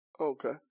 Okay